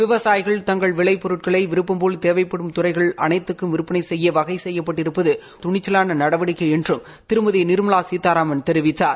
விவசாயிகள் தங்கள் விளைப் பொருட்களை விருப்பம்போல் தேவைப்படும் துறைகள் அளைத்துக்கும் விற்பனை செய்ய வகை செய்யப்பட்டிருப்பது ஒரு வரலாற்றுமிக்க துணிச்சலாள நடவடிக்கை என்றும் திருமதி நிர்மலா சீதாராமன் தெரிவித்தார்